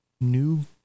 new